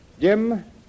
Jim